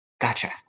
Gotcha